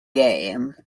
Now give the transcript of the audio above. game